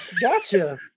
gotcha